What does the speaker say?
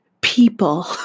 people